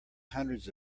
hundreds